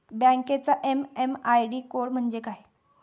बँकेचा MM ID code म्हणजे काय?